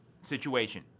situation